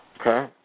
Okay